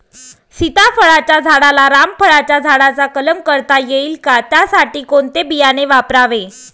सीताफळाच्या झाडाला रामफळाच्या झाडाचा कलम करता येईल का, त्यासाठी कोणते बियाणे वापरावे?